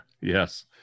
Yes